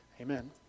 amen